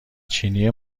چینی